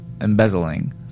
embezzling